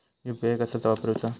UPI कसा वापरूचा?